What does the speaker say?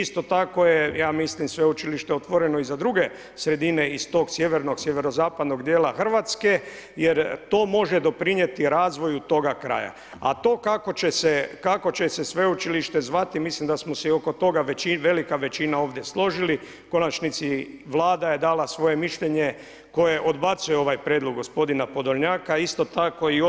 Isto tako je, ja mislim, sveučilište otvoreno i za druge sredine iz tog sjevernog, sjeverozapadnog dijela Hrvatske jer to može doprinijeti razvoju toga kraja, a to kako će se sveučilište zvati, mislim da smo se oko toga velika većina ovdje složili, u konačnici Vlada je dala svoje mišljenje koje odbacuje ovaj prijedlog gospodina Podolnjaka, isto tako i